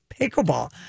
pickleball